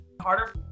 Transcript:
Harder